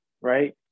right